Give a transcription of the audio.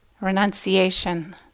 renunciation